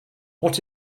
what